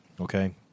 Okay